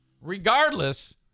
regardless